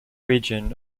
region